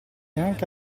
anche